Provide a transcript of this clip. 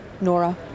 Nora